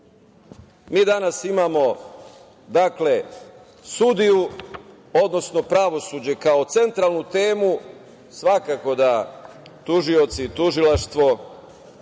danas imamo, dakle, sudiju, odnosno pravosuđe kao centralnu temu. Svakako da tužioci i tužilaštvo